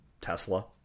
Tesla